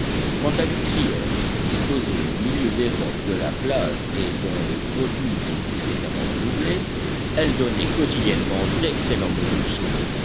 quant à l'huîtrière disposée au milieu des rocs de la plage et dont les produits étaient fréquemment renouvelés elle donnait quotidiennement d'excellents mollusques